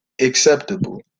acceptable